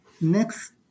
next